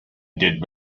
did